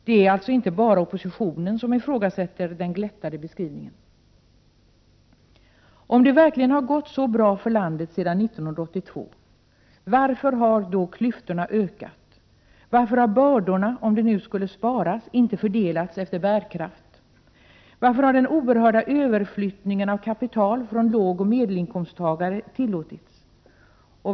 Det är alltså inte bara oppositionen som ifrågasätter den glättade beskrivningen. Om det verkligen har gått så bra för landet sedan 1982, varför har då klyftorna ökat? Varför har bördorna, om det nu skulle sparas, inte fördelats efter bärkraft? Varför har den oerhörda överflyttningen av kapital från lågoch medelinkomsttagare tillåtits?